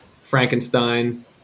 Frankenstein